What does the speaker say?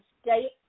state